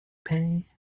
pay